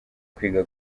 kwiga